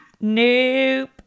Nope